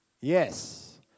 Yes